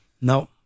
No